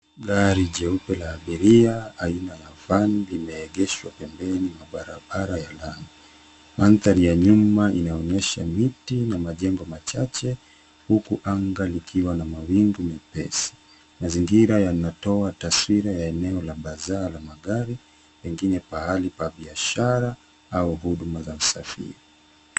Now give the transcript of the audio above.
Gari jeupe la abiria aina ya van limeegeshwa pembeni mwa barabara ya lami. Mandhari ya nyuma inaonyesha miti na majengo machache, huku anga likiwa na mawingu mepesi. Mazingira yanatoa taswira ya eneo la Bazaar la magari, pengine pahali pa biashara au huduma za usafiri.